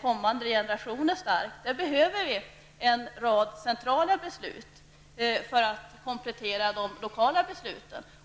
kommande generationer. Där behöver vi en rad centrala beslut för att kompletera de lokala besluten.